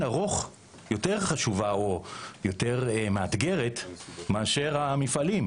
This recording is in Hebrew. ערוך יותר חשובה או יותר מאתגרת מאשר המפעלים,